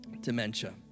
dementia